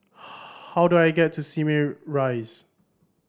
how do I get to Simei Rise